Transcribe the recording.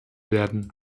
werden